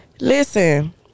Listen